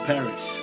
Paris